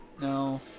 No